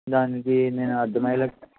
దానికి నేను అర్ధం అయ్యేలా